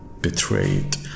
betrayed